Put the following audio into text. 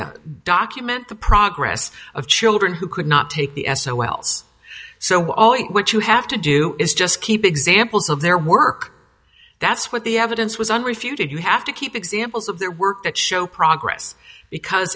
to document the progress of children who could not take the s o l's so what you have to do is just keep examples of their work that's what the evidence was unrefuted you have to keep examples of their work that show progress because